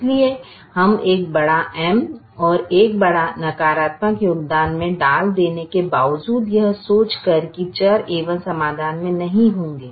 इसलिए हम एक बड़ा M और एक बड़ा नकारात्मक योगदान मे डाल देने के बावजूद यह सोचकर कि चर a1 समाधान में नहीं होंगे